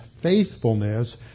faithfulness